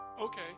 okay